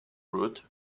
root